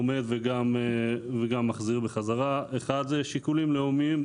וגם מחזיר בחזרה, אחד זה שיקולים לאומיים,